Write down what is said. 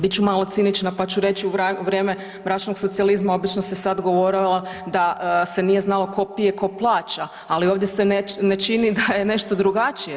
Bit ću malo cinična pa ću reći u vrijeme mračnog socijalizma obično se sad govorilo da se nije znalo tko pije tko plaća, ali ovdje se ne čini da je nešto drugačije.